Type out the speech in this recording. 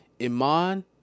Iman